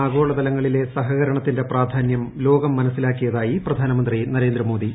ആഗോളതലങ്ങളിലെ സഹകരണത്തിന്റെ പ്രാധാനൃം ലോകം മനസ്സിലാക്കിയാതായി പ്രധാനമന്ത്രി നരേന്ദ്ര മോദി